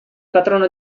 patrono